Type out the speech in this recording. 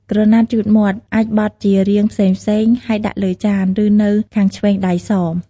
ក្រណាត់ជូតមាត់ អាចបត់ជារាងផ្សេងៗ ហើយដាក់លើចាន ឬនៅខាងឆ្វេងដៃសម។